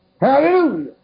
Hallelujah